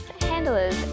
handlers